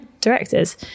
directors